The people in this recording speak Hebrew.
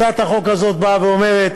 הצעת החוק הזאת באה ואומרת: